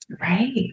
Right